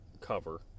cover